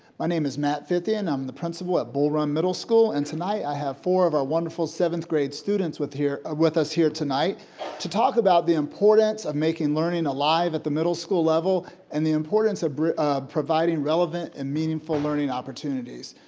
my name is matt fithian, i'm the principal at bullrun middle school and tonight i have four of our wonderful seventh grade students with here, with us here tonight to talk about the importance of making learning alive at the middle school level and the importance of providing relevant and meaningful learning opportunities.